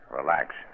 Relax